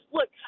Look